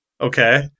Okay